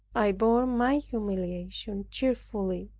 i bore my humiliation cheerfully,